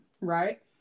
right